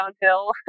downhill